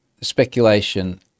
speculation